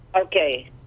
Okay